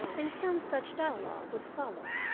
and some such dialogue would follow